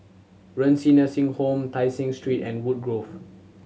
Renci Nursing Home Tai Seng Street and Woodgrove